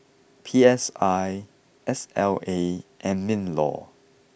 P S I S L A and min law